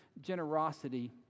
generosity